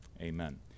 amen